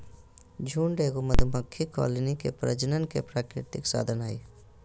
झुंड एगो मधुमक्खी कॉलोनी के प्रजनन के प्राकृतिक साधन हइ